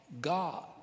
God